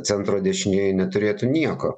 centro dešinieji neturėtų nieko